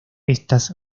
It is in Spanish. estas